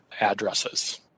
addresses